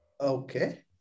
Okay